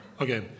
Okay